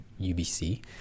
UBC